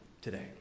today